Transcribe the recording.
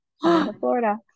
Florida